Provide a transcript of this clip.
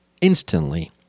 instantly